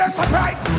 surprise